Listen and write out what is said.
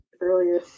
earlier